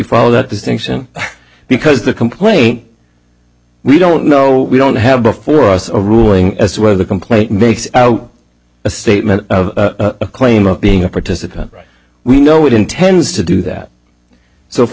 follow that distinction because the complaint we don't know we don't have before us a ruling as whether the complaint makes out a statement of a claim of being a participant right we know it intends to do that so for